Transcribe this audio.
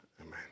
Amen